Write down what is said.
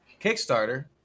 Kickstarter